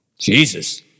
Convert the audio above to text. Jesus